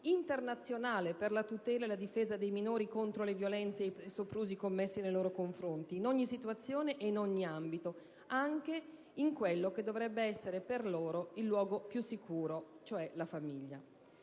importantissima - per la tutela e la difesa dei minori contro le violenze e i soprusi commessi nei loro confronti in ogni situazione e ambito, anche in quello che dovrebbe essere per loro più sicuro, cioè la famiglia.